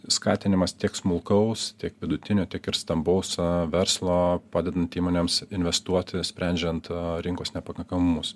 skatinimas tiek smulkaus tiek vidutinio tiek ir stambaus verslo padedant įmonėms investuoti sprendžiant rinkos nepakankamumus